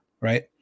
Right